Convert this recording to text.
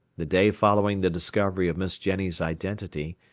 the day following the discovery of miss jenny's identity,